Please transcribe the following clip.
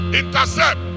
intercept